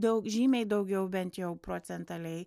daug žymiai daugiau bent jau procentaliai